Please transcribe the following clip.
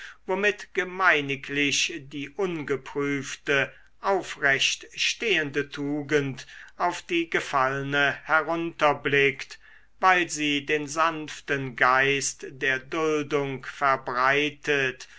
womit gemeiniglich die ungeprüfte aufrechtstehende tugend auf die gefallne herunterblickt weil sie den sanften geist der duldung verbreitet